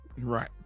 right